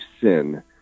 sin